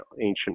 ancient